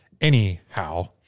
Anyhow